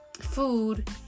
food